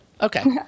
Okay